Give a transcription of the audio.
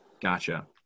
Gotcha